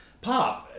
pop